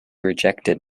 rejected